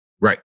Right